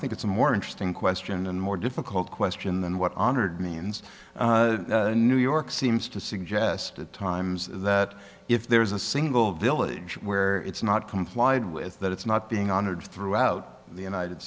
think it's a more interesting question and more difficult question than what honored means new york seems to suggest at times that if there is a single village where it's not complied with that it's not being honored throughout the united